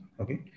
Okay